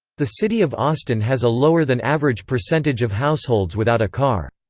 the city of austin has a lower than average percentage of households without a car.